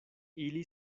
ili